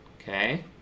okay